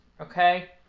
Okay